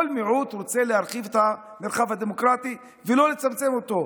כל מיעוט רוצה להרחיב את המרחב הדמוקרטי ולא לצמצם אותו,